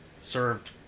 served